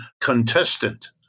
contestant